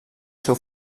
seu